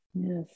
Yes